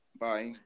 Bye